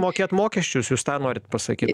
mokėt mokesčius jūs tą norit pasakyt